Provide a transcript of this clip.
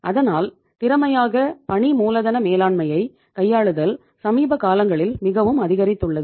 அதனால் திறமையாக பணி மூலதன மேலாண்மையை கையாளுதல் சமீப காலங்களில் மிகவும் அதிகரித்துள்ளது